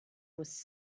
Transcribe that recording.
was